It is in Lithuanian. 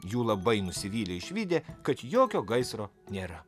jų labai nusivylė išvydę kad jokio gaisro nėra